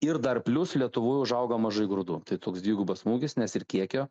ir dar plius lietuvoj užaugo mažai grūdų tai toks dvigubas smūgis nes ir kiekio